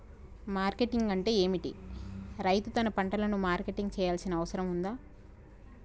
Marketing అంటే ఏమిటి? రైతు తన పంటలకు మార్కెటింగ్ చేయాల్సిన అవసరం ఉందా?